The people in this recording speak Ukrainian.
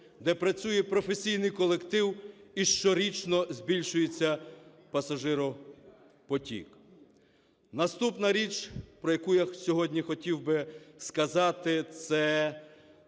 де працює професійний колектив і щорічно збільшується пасажиропотік. Наступна річ, про яку я сьогодні хотів би сказати, ц-